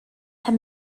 have